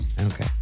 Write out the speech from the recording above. Okay